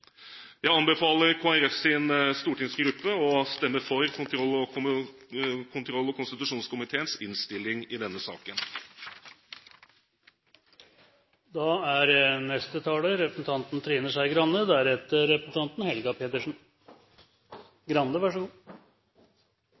Jeg anbefaler Kristelig Folkepartis stortingsgruppe å stemme for kontroll- og konstitusjonskomiteens innstilling i denne saken. Jeg mener også at dette er